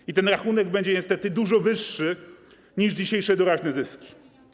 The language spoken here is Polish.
I ten rachunek będzie niestety dużo wyższy niż dzisiejsze doraźne zyski.